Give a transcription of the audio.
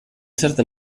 certa